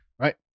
right